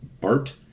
Bart